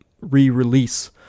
re-release